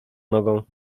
nogą